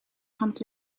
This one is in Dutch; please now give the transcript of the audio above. hand